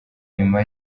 nyuma